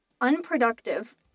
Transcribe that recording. unproductive